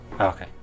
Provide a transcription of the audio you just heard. Okay